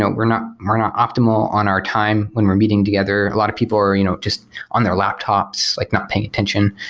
we're not we're not optimal on our time when we're meeting the other. a lot of people are you know just on their laptops, like not paying attention.